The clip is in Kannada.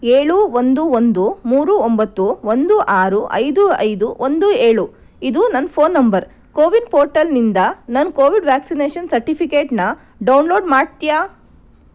ಏಳು ಒಂದು ಒಂದು ಮೂರು ಒಂಬತ್ತು ಒಂದು ಆರು ಐದು ಐದು ಒಂದು ಏಳು ಇದು ನನ್ನ ಫೋನ್ ನಂಬರ್ ಕೋವಿನ್ ಪೋರ್ಟಲ್ನಿಂದ ನನ್ನ ಕೋವಿಡ್ ವ್ಯಾಕ್ಸಿನೇಷನ್ ಸರ್ಟಿಫಿಕೇಟನ್ನು ಡೌನ್ಲೋಡ್ ಮಾಡ್ತೀಯಾ